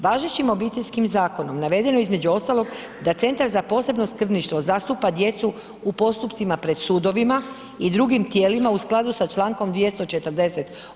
Važećim Obiteljskim zakonom navedeno je između ostalog da Centar za posebno skrbništvo zastupa djecu u postupcima pred sudovima i drugim tijelima u skladu sa Člankom 240.